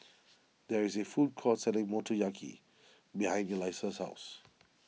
there is a food court selling Motoyaki behind Elisa's house